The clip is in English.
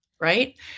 Right